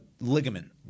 ligament